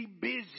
Busy